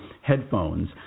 headphones